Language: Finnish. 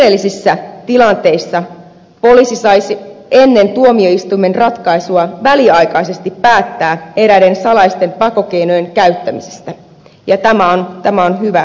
kiireellisissä tilanteissa poliisi saisi ennen tuomioistuimen ratkaisua väliaikaisesti päättää eräiden salaisten pakkokeinojen käyttämisestä ja tämä on hyvä asia